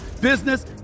business